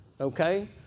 okay